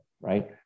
right